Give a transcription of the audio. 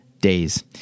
days